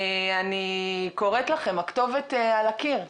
אני קוראת לכם, הכתובת על הקיר,